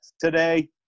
today